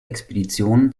expedition